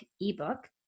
ebook